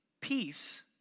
peace